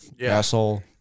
Asshole